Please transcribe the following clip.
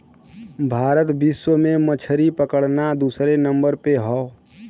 भारत विश्व में मछरी पकड़ना दूसरे नंबर पे हौ